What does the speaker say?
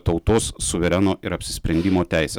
tautos suvereno ir apsisprendimo teisę